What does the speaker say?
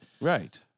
Right